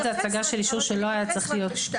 הוא הצגה של אישור שלא היה צריך להיות.